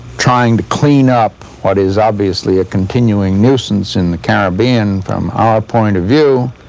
trying to clean up what is obviously a continuing nuisance in the caribbean from our point of view,